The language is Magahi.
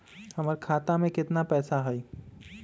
हमर खाता में केतना पैसा हई?